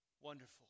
Wonderful